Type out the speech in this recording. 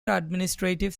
administrative